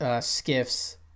Skiffs